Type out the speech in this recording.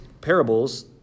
parables